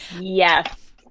Yes